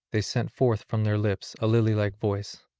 they sent forth from their lips a lily-like voice.